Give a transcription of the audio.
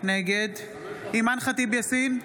נגד אימאן ח'טיב יאסין,